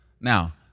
Now